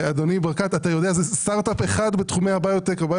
אדוני ברקת, סטאטר אפ אחד בתחומי הביו טק- --.